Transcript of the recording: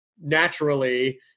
naturally